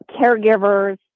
caregivers